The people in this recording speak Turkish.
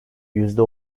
yüzde